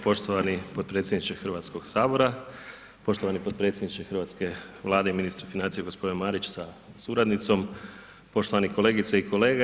Poštovani potpredsjedniče Hrvatskog sabora, poštovani potpredsjedniče hrvatske Vlade i ministre financije gospodine Marić sa suradnicom, poštovane kolegice i kolege.